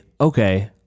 okay